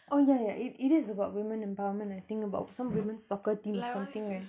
oh ya ya it it is about women empowerment I think about some women soccer team or something like